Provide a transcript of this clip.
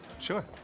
Sure